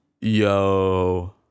Yo